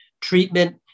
treatment